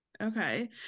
Okay